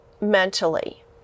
mentally